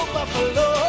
Buffalo